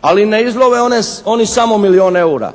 Ali ne izlove oni samo milijun eura,